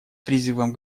призывом